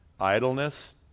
Idleness